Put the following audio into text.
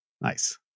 Nice